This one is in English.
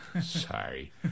Sorry